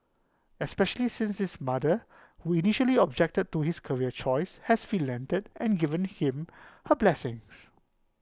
especially since his mother who initially objected to his career choice has and given him her blessings